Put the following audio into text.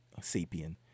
sapien